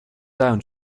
down